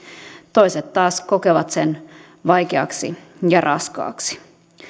toiset taas kokevat sen vaikeaksi ja raskaaksi